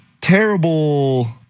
terrible